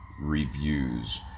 Reviews